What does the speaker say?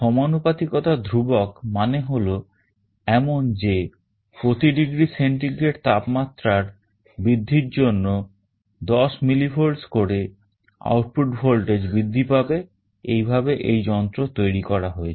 সমানুপাতিকতার ধ্রুবক মানে হল এমন যে প্রতি ডিগ্রি সেন্টিগ্রেড তাপমাত্রার বৃদ্ধির জন্য 10 millivolts করে আউটপুট ভোল্টেজ বৃদ্ধি পাবে এইভাবে এই যন্ত্র তৈরি করা হয়েছে